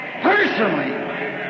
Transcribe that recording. personally